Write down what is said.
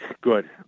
Good